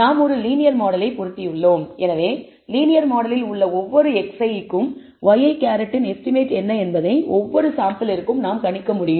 நாம் ஒரு லீனியர் மாடலை பொருத்தியுள்ளோம் எனவே லீனியர் மாடலில் உள்ள ஒவ்வொரு xi க்கும் ŷi இன் எஸ்டிமேட் என்ன என்பதை ஒவ்வொரு சாம்பிளிற்கும் நாம் கணிக்க முடியும்